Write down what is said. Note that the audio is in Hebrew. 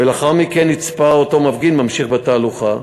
ולאחר מכן נצפה אותו מפגין ממשיך בתהלוכה.